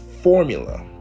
formula